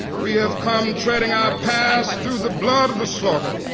we have come treading our paths through the blood of the slaughtered.